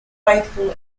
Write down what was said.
faithful